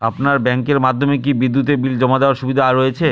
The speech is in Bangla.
আপনার ব্যাংকের মাধ্যমে কি বিদ্যুতের বিল জমা দেওয়ার সুবিধা রয়েছে?